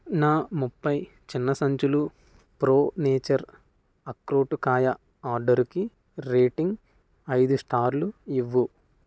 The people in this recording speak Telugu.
నా ముప్పై చిన్న సంచులు ప్రో నేచర్ అక్రోటు కాయ ఆర్డరుకి రేటింగ్ ఐదు స్టార్లు ఇవ్వు